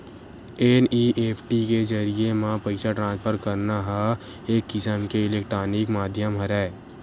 NEFT के जरिए म पइसा ट्रांसफर करना ह एक किसम के इलेक्टानिक माधियम हरय